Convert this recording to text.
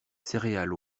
céréales